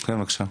כן, בבקשה.